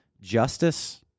justice